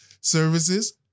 services